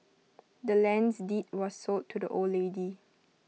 the land's deed was sold to the old lady